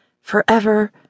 forever